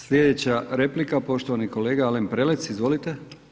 Sljedeća replika, poštovani kolega Alen Prelec, izvolite.